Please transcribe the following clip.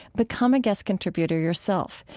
become a guest contributor yourself.